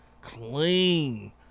clean